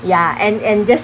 ya and and just